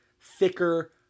thicker